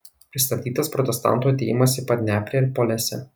pristabdytas protestantų atėjimas į padneprę ir polesę